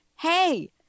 hey